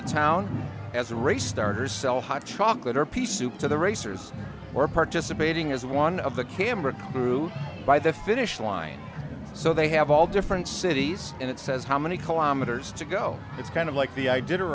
the town as a race starters sell hot chocolate or piece soup to the racers or participating is one of the camera crew by the finish line so they have all different cities and it says how many kilometers to go it's kind of like the i did